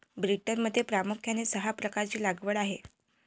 ब्रिटनमध्ये प्रामुख्याने सहा प्रकारची लागवड आहे